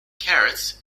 carrots